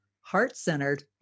heart-centered